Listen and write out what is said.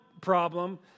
problem